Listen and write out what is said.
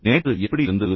நேற்று எப்படி இருந்தது